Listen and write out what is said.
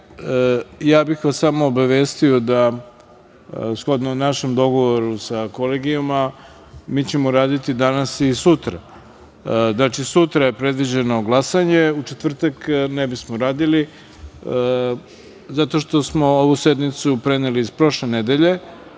ja bih vas samo obavestio, shodno našem dogovoru sa Kolegijuma, da ćemo mi raditi danas i sutra. Znači, sutra je predviđeno glasanje. U četvrtak ne bismo radili, zato što smo ovu sednicu preneli iz prošle nedelje.